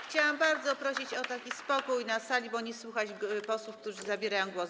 Chciałabym bardzo prosić o spokój na sali, bo nie słychać posłów, którzy zabierają głos.